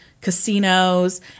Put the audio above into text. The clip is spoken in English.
casinos